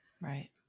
Right